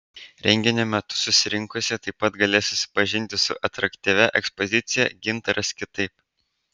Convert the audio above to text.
renginio metu susirinkusieji taip pat galės susipažinti su atraktyvia ekspozicija gintaras kitaip